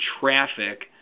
traffic